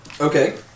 Okay